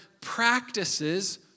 practices